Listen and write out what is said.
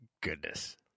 goodness